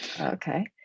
Okay